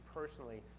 personally